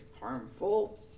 harmful